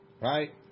Right